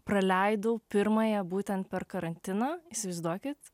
praleidau pirmąją būtent per karantiną įsivaizduokit